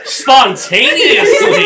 spontaneously